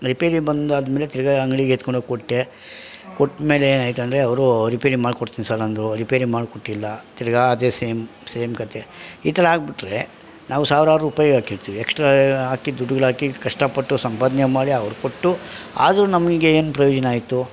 repair ಬಂದಾದ ಮೇಲೆ ತಿರ್ಗಾ ಅಂಗ್ಡಿಗೆ ಎತ್ಕೊಂಡೋಗಿ ಕೊಟ್ಟೆ ಕೊಟ್ಟಮೇಲೆ ಏನಾಯ್ತು ಅಂದರೆ ಅವರು ರಿಪೇರಿ ಮಾಡ್ಕೊಡ್ತೀನಿ ಸರ್ ಅಂದರು ರಿಪೇರಿ ಮಾಡಿಕೊಟ್ಟಿಲ್ಲ ತಿರ್ಗಾ ಅದೇ ಸೇಮ್ ಸೇಮ್ ಕತೆ ಈ ಥರ ಆಗಿಬಿಟ್ರೆ ನಾವು ಸಾವ್ರಾರು ರೂಪಾಯಿ ಹಾಕಿರ್ತೀವಿ ಎಕ್ಸ್ಟ್ರಾ ಹಾಕಿ ದುಡ್ಡುಗಳು ಹಾಕಿ ಕಷ್ಟಪಟ್ಟು ಸಂಪಾದನೆ ಮಾಡಿ ಅವ್ರ್ಗೆ ಕೊಟ್ಟು ಆದರೂ ನಮಗೇನು ಪ್ರಯೋಜನ ಆಯಿತು